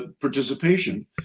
participation